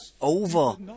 over